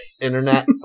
internet